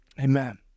Amen